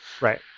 right